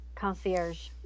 concierge